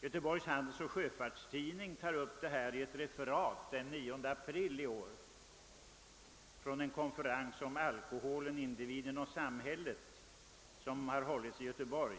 Göteborgs Handelsoch Sjöfarts-Tidning innehöll den 9 april i år ett referat från en konferens om alkoholen, individen och samhället som anordnats i Göteborg